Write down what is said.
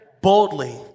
boldly